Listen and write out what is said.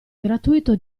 gratuito